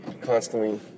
constantly